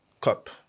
cup